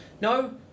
No